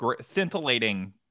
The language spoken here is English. scintillating